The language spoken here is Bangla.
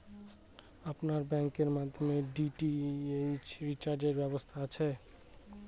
আপনার ব্যাংকের মাধ্যমে ডি.টি.এইচ রিচার্জের ব্যবস্থা আছে?